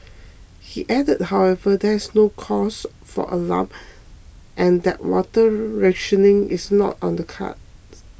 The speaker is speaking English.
he added however that there is no cause for alarm and that water rationing is not on the cards